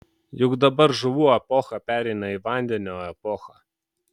juk dabar žuvų epocha pereina į vandenio epochą